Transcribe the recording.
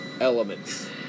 elements